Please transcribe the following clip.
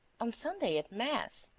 on sunday, at mass,